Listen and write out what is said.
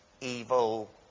evil